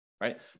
Right